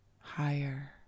higher